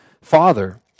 father